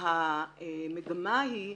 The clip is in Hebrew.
המגמה היא,